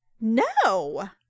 No